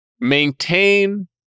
maintain